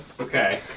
Okay